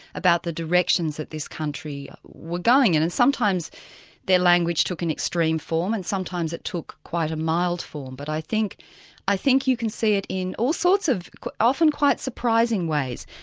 about the directions that this country was going in and sometimes their language took an extreme form, and sometimes it took quite a mild form, but i think i think you can see it in all sorts of often quite surprising ways.